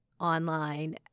online